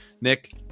Nick